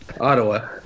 Ottawa